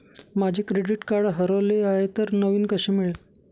माझे credit card हरवले आहे तर नवीन कसे मिळेल?